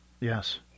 yes